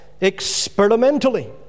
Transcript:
experimentally